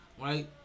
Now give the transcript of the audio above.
right